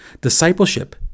discipleship